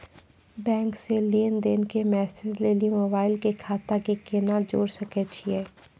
Bank से लेंन देंन के मैसेज लेली मोबाइल के खाता के केना जोड़े सकय छियै?